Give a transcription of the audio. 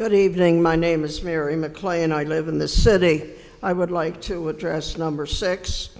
good evening my name is mary mcclain i live in the city i would like to address number six